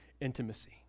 intimacy